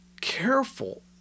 careful